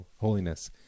holiness